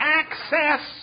access